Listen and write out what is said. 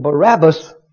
Barabbas